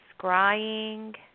scrying